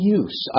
use